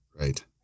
Right